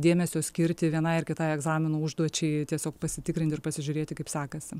dėmesio skirti vienai ar kitai egzaminų užduočiai tiesiog pasitikrinti ir pasižiūrėti kaip sekasi